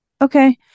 Okay